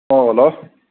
ꯑꯣ ꯍꯂꯣ